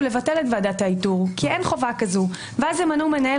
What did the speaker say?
לבטל את ועדת האיתור כי אין חובה כזו ואז ימנו מנהל